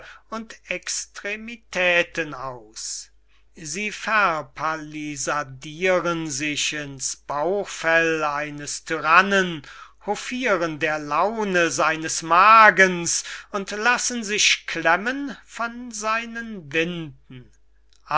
und extremitäten aus sie verpallisadiren sich ins bauchfell eines tyrannen hofiren der laune seines magens und lassen sich klemmen von seinen winden